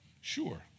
sure